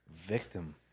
victim